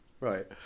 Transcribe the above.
Right